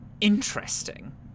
Interesting